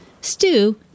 Stew